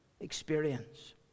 experience